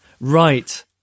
right